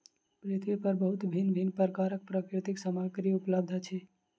पृथ्वी पर बहुत भिन्न भिन्न प्रकारक प्राकृतिक सामग्री उपलब्ध अछि